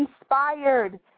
inspired